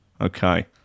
Okay